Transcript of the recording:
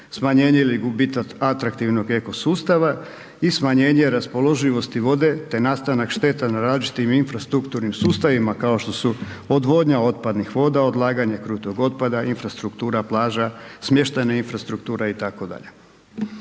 smanjenje ili gubitak atraktivnog ekosustava, i smanjenje raspoloživosti vode, te nastanak šteta na različitim infrastrukturnim sustavima, kao što su odvodnja otpadnih voda, odlaganje krutog otpada, infrastruktura plaža, smještajne infrastrukture, i